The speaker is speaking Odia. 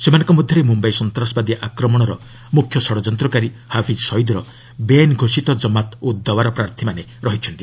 ସେମାନଙ୍କ ମଧ୍ୟରେ ମୁମ୍ବାଇ ସନ୍ତାସବାଦୀ ଆକ୍ରମଣର ମୁଖ୍ୟ ଷଡ଼ଯନ୍ତକାରୀ ହାଫିଜ୍ ସୟିଦ୍ର ବେଆଇନ ଘୋଷିତ ଜମାତ ଉଦ୍ ଦୱାର ପ୍ରାର୍ଥୀମାନେ ରହିଛନ୍ତି